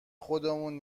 خودمون